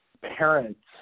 parents